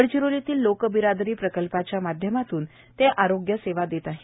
गडचिरोलीतील लोकबिरादरी प्रकल्पाच्या माध्यमातून ते आरोग्य सेवा देत आहेत